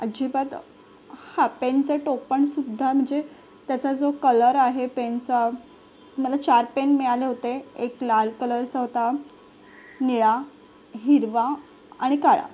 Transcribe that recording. अजिबात हा पेनचं टोपणसुद्धा म्हणजे त्याचा जो कलर आहे पेनचा मला चार पेन मिळाले होते एक लाल कलरचा होता निळा हिरवा आणि काळा